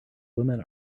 women